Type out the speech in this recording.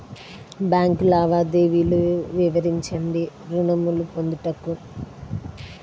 Bank లావాదేవీలు వివరించండి ఋణము పొందుటకు?